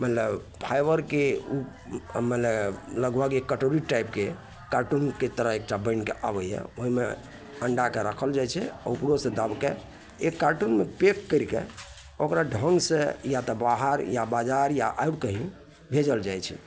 मने फाइबरके ओ मने लगभग एक कटोरी टाइपके कार्टूनके तरह एकटा बनिके आबैए ओहिमे अंडाके राखल जाइत छै आ उपरो से दाबिके एक कार्टूनमे पैक करिके ओकरा ढङ्ग से या तऽ बाहर या बाजार या आओर कही भेजल जाइत छै